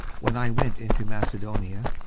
when i went into macedonia,